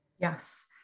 Yes